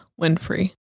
Winfrey